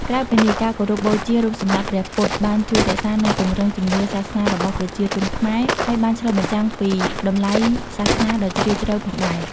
ក្រៅពីនេះ ការគោរពបូជារូបសំណាកព្រះពុទ្ធបានជួយរក្សានិងពង្រឹងជំនឿសាសនារបស់ប្រជាជនខ្មែរ ហើយបានឆ្លុះបញ្ចាំងពីតម្លៃសាសនាដ៏ជ្រាលជ្រៅផងដែរ។